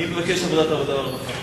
אני מבקש ועדת העבודה והרווחה.